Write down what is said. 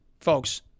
folks